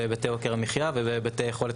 בהיבטי יוקר המחייה ובהיבטי יכולת